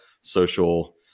social